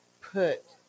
put